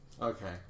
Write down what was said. Okay